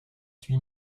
huit